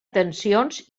tensions